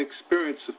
experience